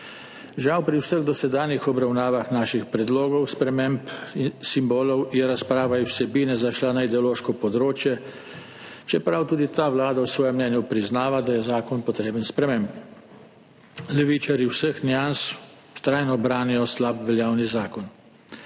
Žal je pri vseh dosedanjih obravnavah naših predlogov sprememb simbolov razprava iz vsebine zašla na ideološko področje, čeprav tudi ta vlada v svojem mnenju priznava, da je zakon potreben sprememb. Levičarji vseh nians vztrajno branijo slab veljavni zakon.